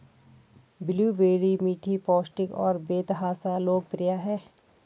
blueberry मीठे, पौष्टिक और बेतहाशा लोकप्रिय हैं